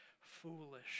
foolish